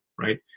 right